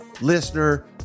listener